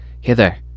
hither